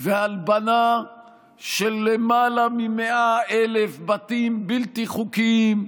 והלבנה של למעלה מ-100,000 בתים בלתי חוקיים,